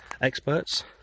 experts